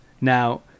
now